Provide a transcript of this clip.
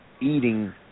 eating